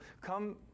come